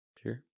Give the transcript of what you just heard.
Sure